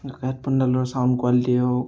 হেডফোনডালৰ ছাউণ্ড কুৱালিটিয়ে হওক